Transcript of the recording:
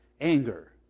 Anger